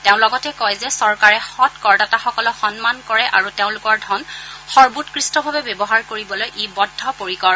তেওঁ লগতে কয় যে চৰকাৰে সৎ কৰদাতাসকলক সন্মান কৰে আৰু তেওঁলোকৰ ধন সৰ্বোৎকৃষ্টভাৱে ব্যৱহাৰ কৰিবলৈ ই বদ্ধপৰিকৰ